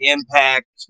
Impact